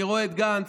אני רואה את גנץ,